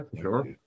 sure